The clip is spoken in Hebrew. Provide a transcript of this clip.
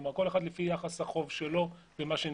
כלומר כל אחד לפי יחס החוב שלו ומה שנקבע.